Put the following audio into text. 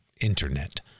Internet